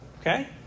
Okay